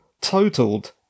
totaled